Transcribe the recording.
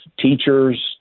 teachers